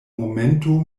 momento